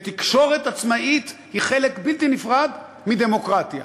תקשורת עצמאית היא חלק בלתי נפרד מדמוקרטיה.